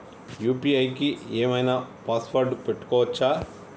UPI కి ఏం ఐనా పాస్వర్డ్ పెట్టుకోవచ్చా?